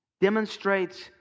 demonstrates